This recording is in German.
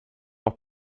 auch